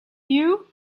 you